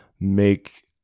make